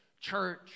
church